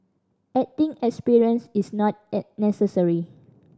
acting experience is not necessary